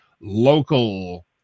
local